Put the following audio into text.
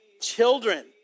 children